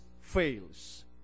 fails